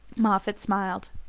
moffatt smiled.